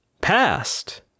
past